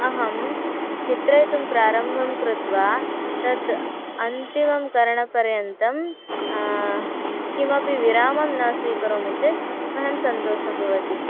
अहं चित्रयितुं प्रारम्भं कृत्वा तद् अन्तिमं करणपर्यन्तं किमपि विरामं न स्वीकरोमि चेत् मह्यं सन्तोषं भवति